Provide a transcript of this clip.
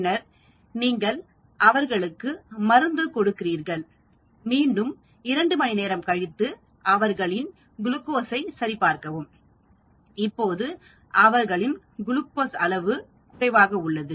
பின்னர் நீங்கள் அவர்களுக்கு மருந்து கொடுக்கிறீர்கள் மீண்டும் 2 மணி நேரம் கழித்து அவர்களின் குளுக்கோஸை சரிபார்க்கவும் இப்போது அவர்களின் குளுக்கோஸ் அளவு குறைவாக உள்ளது